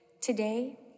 Today